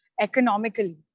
economically